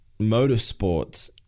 motorsports